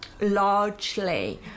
largely